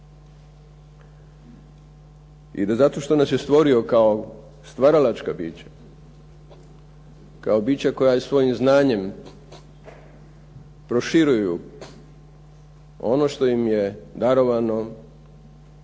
I da zato što nas je stvorio kao stvaralačka bića, kao bića koja je svojim znanjem proširuju ono što im je darovano,